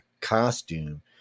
costume